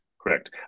correct